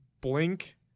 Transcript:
Blink